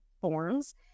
forms